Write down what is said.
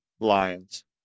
Lions